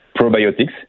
probiotics